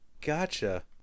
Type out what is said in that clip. Gotcha